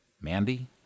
Mandy